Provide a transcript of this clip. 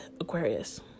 Aquarius